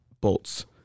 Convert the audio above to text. bolts